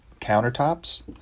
countertops